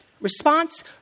response